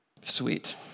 Sweet